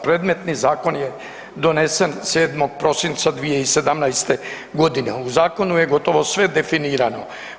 Predmetni zakon je donesen 7. prosinca 2017. g. U zakonu je gotovo sve definirano.